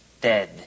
dead